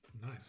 Nice